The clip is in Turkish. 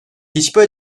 hiçbir